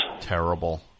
Terrible